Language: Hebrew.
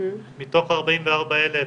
מתוך ה-44,000,